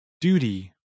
Duty